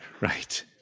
Right